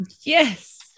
yes